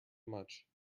much